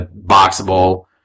boxable